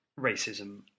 racism